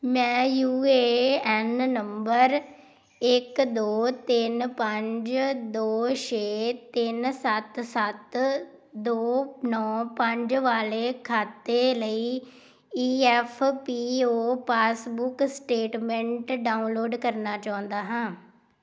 ਮੈਂ U A N number ਇੱਕ ਦੋ ਤਿੰਨ ਪੰਜ ਦੋ ਛੇ ਤਿੰਨ ਸੱਤ ਸੱਤ ਦੋ ਨੌ ਪੰਜ ਵਾਲੇ ਖਾਤੇ ਲਈ E F P O passbook statement download ਕਰਨਾ ਚਾਹੁੰਦਾ ਹਾਂ